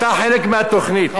חברת הכנסת אבסדזה.